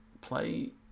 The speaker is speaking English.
play